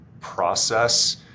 process